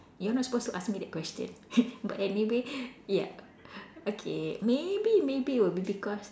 you're not supposed to ask me that question but anyway ya okay maybe maybe will be because